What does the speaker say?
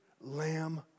lamb